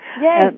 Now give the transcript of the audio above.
Yay